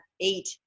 eight